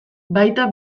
baita